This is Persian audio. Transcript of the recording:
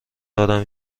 دارم